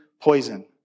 poison